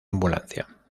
ambulancia